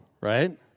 right